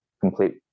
complete